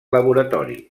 laboratori